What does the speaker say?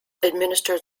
administered